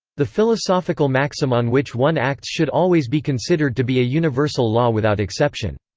the philosophical maxim on which one acts should always be considered to be a universal law without exception.